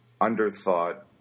underthought